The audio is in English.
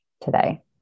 today